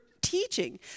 teaching